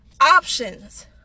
options